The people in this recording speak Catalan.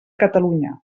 catalunya